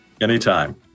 Anytime